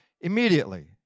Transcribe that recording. immediately